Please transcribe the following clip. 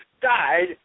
died